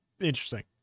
Interesting